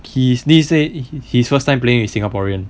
his niece say his first time playing with singaporean